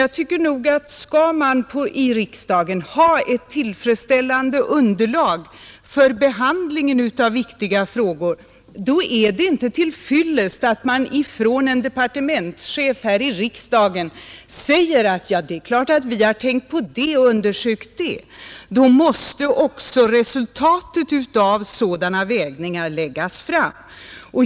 Jag tycker att om man i riksdagen skall ha ett tillfredsställande underlag för behandlingen av viktiga frågor, är det inte till fyllest att en departementschef här i riksdagen säger att ”det är klart att vi har tänkt på det och undersökt det”. Då måste också resultatet av sådana vägningar läggas fram.